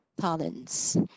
talents